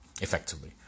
effectively